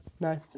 no